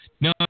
No